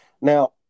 Now